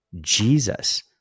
Jesus